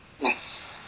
Yes